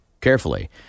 carefully